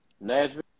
Nashville